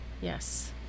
yes